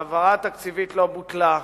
1. ההעברה התקציבית לא בוטלה.